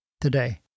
today